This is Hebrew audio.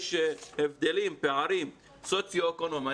יש פערים סוציו-אקונומיים.